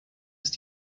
ist